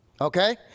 Okay